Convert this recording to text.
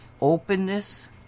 openness